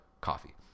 coffee